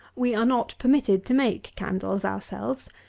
we are not permitted to make candles ourselves,